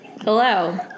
Hello